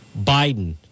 Biden